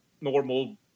normal